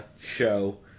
show